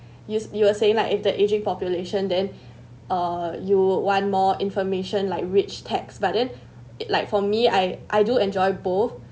you you were saying like if the aging population then uh you want more information like rich text but then it like for me I I do enjoy both